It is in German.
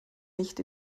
nicht